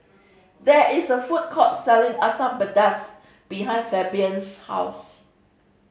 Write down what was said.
there is a food court selling Asam Pedas behind Fabian's house